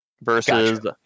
versus